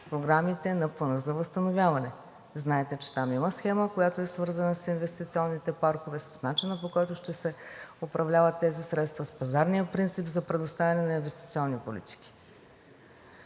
програмите на Плана за възстановяване. Знаете, че там има схема, която е свързана с инвестиционните паркове, с начина, по който ще се управляват тези средства, с пазарния принцип за предоставяне на инвестиционни политики.